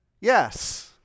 Yes